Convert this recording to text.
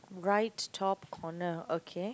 right top corner okay